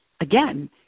Again